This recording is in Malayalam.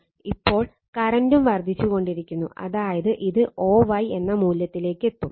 അപ്പോൾ കറന്റും വർദ്ധിച്ചു കൊണ്ടിരിക്കുന്നു അതായത് ഇത് o y എന്ന മൂല്യത്തിലേക്ക് എത്തും